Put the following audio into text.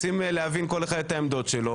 רוצים להבין כל אחד את העמדות שלו,